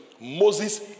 Moses